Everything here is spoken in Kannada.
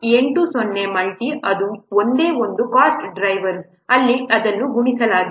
80 ಮಲ್ಟಿ ಇದು ಒಂದೇ ಒಂದು ಕಾಸ್ಟ್ ಡ್ರೈವರ್ಸ್ ಅಲ್ಲಿ ಇದನ್ನು ಗುಣಿಸಲಾಗಿದೆ